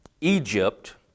Egypt